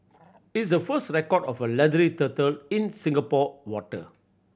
it's the first record of a leathery turtle in Singapore water